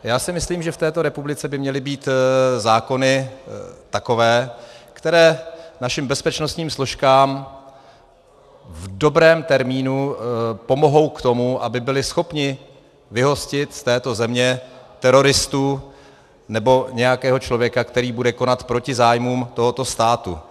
Já si myslím, že v této republice by měly být zákony takové, které našim bezpečnostním složkám v dobrém termínu pomohou k tomu, aby byly schopny vyhostit z této země teroristu nebo nějakého člověka, který bude konat proti zájmům tohoto státu.